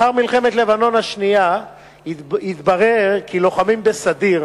לאחר מלחמת לבנון השנייה התברר כי לוחמים בסדיר